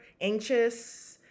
anxious